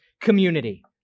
community